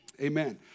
Amen